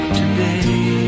today